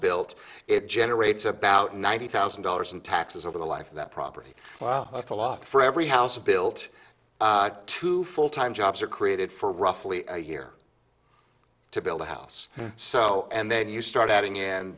built it generates about ninety thousand dollars in taxes over the life of that property well that's a lot for every house built two full time jobs are created for roughly a year to build a house so and then you start adding in